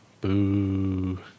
Boo